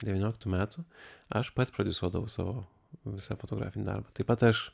devynioliktų metų aš pats prodiusuodavau savo visą fotografinį darbą taip pat aš